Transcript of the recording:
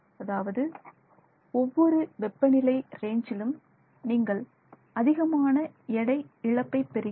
அதாவது ஒவ்வொரு வெப்பநிலை ரேஞ்ச்சிலும் நீங்கள் அதிகமான எடை இழப்பை பெறுகிறீர்கள்